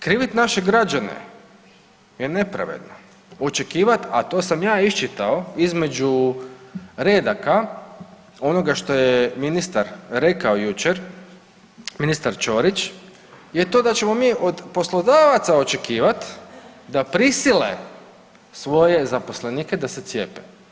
Krivit naše građane je nepravedno, očekivat, a to sam ja iščitao između redaka onoga što je ministar rekao jučer, ministar Ćorić je to da ćemo mi od poslodavaca očekivat da prisile svoje zaposlenike da se cijepe.